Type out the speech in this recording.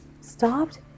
stopped